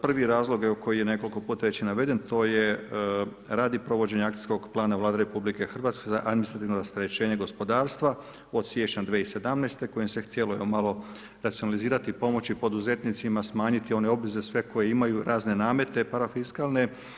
Prvi razlog evo koliko je nekoliko puta već naveden, to je radi provođenja akcijskog plana Vlade Republike Hrvatske za administrativno rasterećenje gospodarstva od siječnja 2017. kojim se htjelo malo racionalizirati, pomoći poduzetnici, smanjiti one obveze sve koje imaju i razne namete parafiskalne.